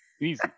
Easy